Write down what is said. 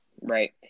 Right